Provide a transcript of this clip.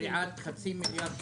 גריעת חצי מיליארד שקל?